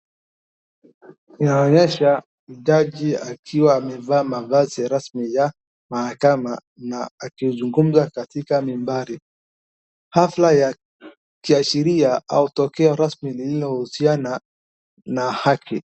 Inaonyesha jajii akiwa amevaa mavazi rasmi ya mahakama na akizungumza katika nimbari hafla ya kiashiria au tokeo rasmi lililohusiana na haki.